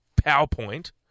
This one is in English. PowerPoint